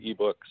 ebooks